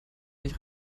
nicht